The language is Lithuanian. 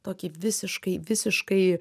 tokį visiškai visiškai